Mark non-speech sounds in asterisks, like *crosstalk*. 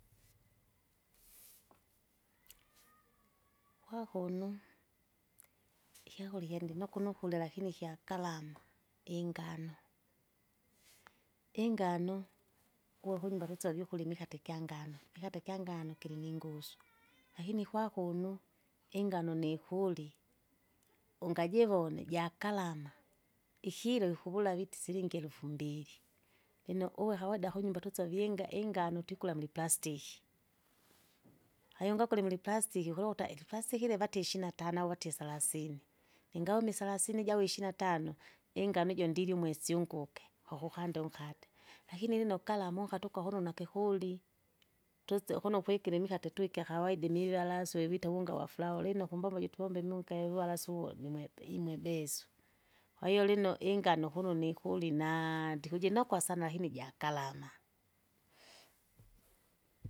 *noise* kwakuno, *noise* ikyakurya ikya ndinokuno kurya lakini ikyagarama, *noise* ingano, ingano *noise* kuwe kunyumba kusovie ukurya imikate gyangano, mikate gyangano liliningusu, *noise* lakini kwakuno, ingano nikuri, ungajivone jakalama, *noise* ikilo wikuwula wilti silingi elufu mbili, lino uwe kawaida kawida kunyumba tusavie inga- ingano twikula muliplastiki. *noise* Kwahiyo ungakulimile ukulota iliplastiki livati ishina tano au vati isalasini, ningaume isalasini iji au ishina tano, ingano ijo ndilye umwesi unguke, wakukanda unkate, lakini lino lino ukalama unkate ukwahune nakikuli. Tutse ukuno kwikira imikate tu ikyakawaida imivalaswi ivita uvunga waflau lino kumbombo iji tuwomba munkayu valasura jimwepe imwe betsu, kwahiyo lino ingano kuno nikuli naa- ndikujinokwa sana lakini jakalama. *noise*